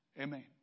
Amen